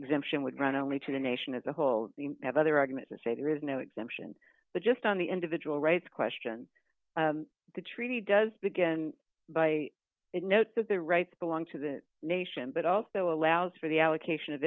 exemption would not only to the nation as a whole have other arguments and say there is no exemption but just on the individual rights question the treaty does begin by it note that the rights belong to the nation but also allows for the allocation of